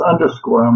underscore